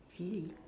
sealy